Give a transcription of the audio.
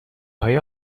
های